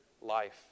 life